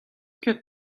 ket